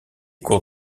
cours